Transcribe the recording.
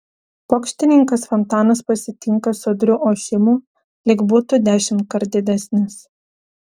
pokštininkas fontanas pasitinka sodriu ošimu lyg būtų dešimtkart didesnis